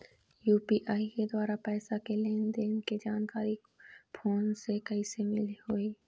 UPI के द्वारा पैसा के लेन देन के जानकारी फोन से कइसे होही?